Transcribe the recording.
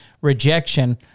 rejection